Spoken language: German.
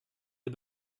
der